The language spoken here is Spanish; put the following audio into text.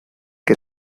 que